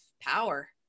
power